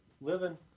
living